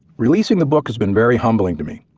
releasing the book has been very humbling to me.